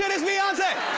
it's beyonce!